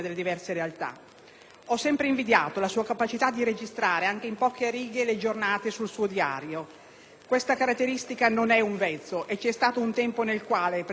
Ho sempre invidiato la sua capacità di registrare anche in poche righe le giornate sul suo diario. Questa caratteristica non è un vezzo e c'è stato un tempo in cui, lo so Presidente, la sua